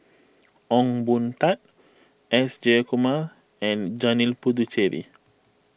Ong Boon Tat S Jayakumar and Janil Puthucheary